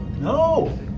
No